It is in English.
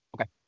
Okay